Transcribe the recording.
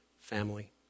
family